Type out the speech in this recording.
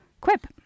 Quip